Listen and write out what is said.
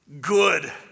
good